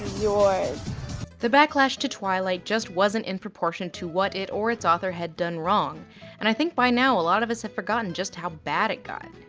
yours the backlash to twilight just wasn't in proportion to what it or its author had done wrong and i think by now a lot of us have forgotten just how bad it got.